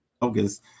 focus